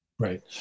Right